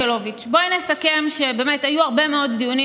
ינקלביץ', בואי נסכם שבאמת היו הרבה מאוד דיונים.